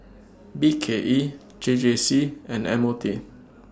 B K E J J C and M O T